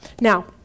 Now